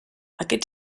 aquest